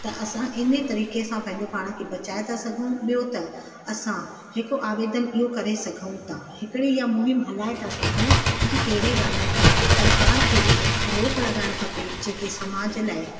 त असां इन तरीक़े सां पंहिंजे पाण खे बचाए था सघूं ॿियो त असां हिकु आवेदन इहो करे सघूं तां हिकड़ी इहे मुहिम हलाए था सघूं की अहिड़े गाननि ते सरकार खे बि रोक लॻाइणु खपे जेके समाज लाइ